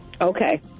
Okay